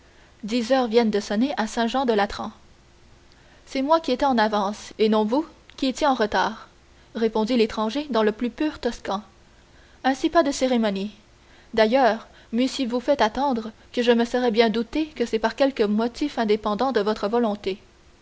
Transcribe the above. dix heures viennent de sonner à saint jean de latran c'est moi qui étais en avance et non vous qui étiez en retard répondit l'étranger dans le plus pur toscan ainsi pas de cérémonie d'ailleurs meussiez vous fait attendre que je me serais bien douté que c'était par quelque motif indépendant de votre volonté